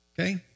Okay